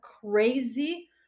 crazy